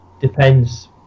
depends